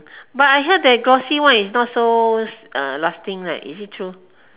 but I heard that glossy one is not so uh lasting right is it true